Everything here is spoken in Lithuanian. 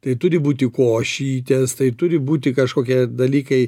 tai turi būti košytės tai turi būti kažkokie dalykai